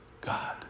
God